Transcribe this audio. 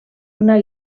una